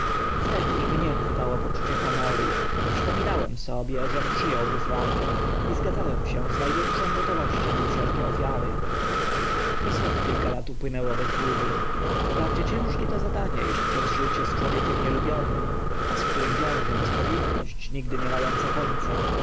wtedy i mnie chwytało poczucie honoru przypominałem sobie żem przy ął wyzwanie i zgadzałem się z na większą gotowością na wszelkie ofiary i znów kilka lat upłynęło bez burzy wprawdzie ciężkie to zadanie iść przez życie z człowiekiem nielubionym a z którym wiąże nas powinność nigdy nie ma ąca końca